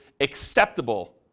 acceptable